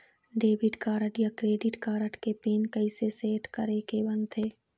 Debit card या credit card के PIN कइसे सेट करे के बनते?